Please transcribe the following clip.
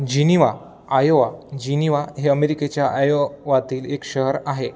Geneva Iowa Geneva हे अमेरिकेच्या आयोवातील एक शहर आहे